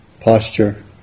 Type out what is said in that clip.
posture